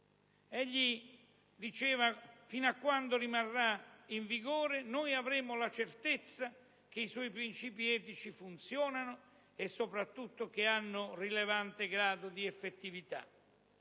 repubblicana del 1948 rimarrà in vigore, noi avremo la certezza che i suoi principi etici funzionano e, soprattutto, che hanno un rilevante grado di effettività.